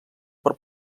per